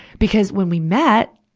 because when we met,